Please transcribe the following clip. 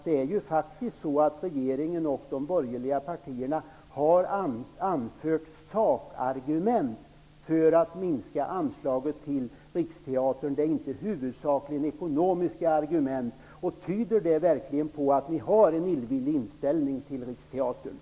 Det är nämligen så att regeringen och de borgerliga partierna har anfört sakargument för en minskning av anslaget till Riksteatern. Det är alltså inte huvudsakligen fråga om ekonomiska argument. Tyder inte det på att ni har en illvillig inställning till Riksteatern?